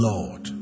Lord